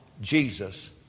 Jesus